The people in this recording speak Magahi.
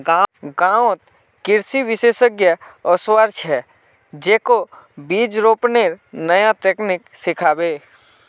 गांउत कृषि विशेषज्ञ वस्वार छ, जेको बीज रोपनेर नया तकनीक सिखाबे